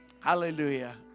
Hallelujah